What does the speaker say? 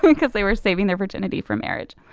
because they were saving their virginity for marriage.